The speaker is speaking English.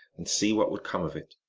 and see what would come of it,